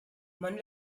man